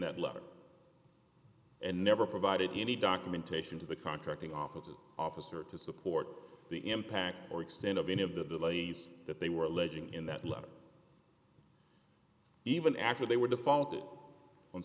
that letter and never provided any documentation to the contracting office or officer to support the impact or extent of any of the delays that they were alleging in that letter even after they were default on